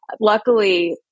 luckily